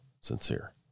sincere